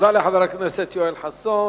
תודה לחבר הכנסת יואל חסון.